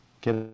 get